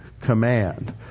command